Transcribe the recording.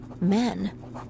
Men